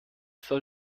soll